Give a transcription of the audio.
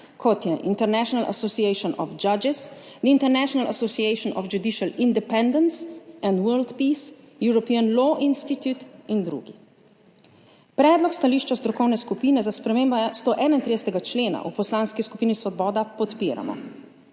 kot so Iternational association of judges, International association of judicial independence and world peace, European law institute in drugi. Predlog stališča strokovne skupine za spremembe 131. člena v Poslanski skupini Svoboda podpiramo,